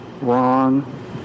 wrong